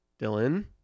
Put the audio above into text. Dylan